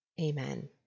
Amen